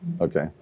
Okay